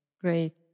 great